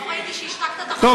אני לא ראיתי שהשתקת את החברים שלך,